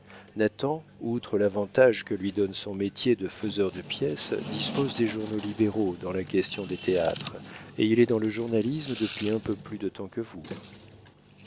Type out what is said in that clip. nathan outre l'avantage que lui donne son métier de faiseur de pièces dispose des journaux libéraux dans la question des théâtres et il est dans le journalisme depuis un peu plus de temps que vous